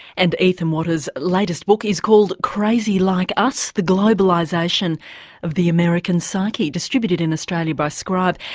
and ethan watters' latest book is called crazy like us the globalisation of the american psyche, distributed in australia by scribe.